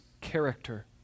character